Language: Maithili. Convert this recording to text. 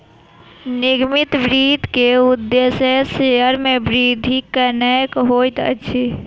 निगमित वित्त के उदेश्य शेयर के वृद्धि केनै होइत अछि